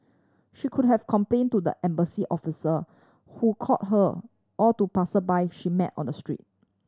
she could have complain to the embassy officer who call her or to passersby she met on the street